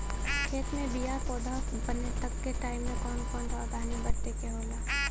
खेत मे बीया से पौधा बने तक के टाइम मे कौन कौन सावधानी बरते के होला?